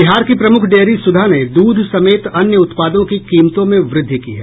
बिहार की प्रमुख डेयरी सुधा ने दूध समेत अन्य उत्पादों की कीमतों में वृद्धि की है